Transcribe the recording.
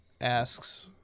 asks